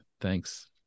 thanks